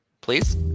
Please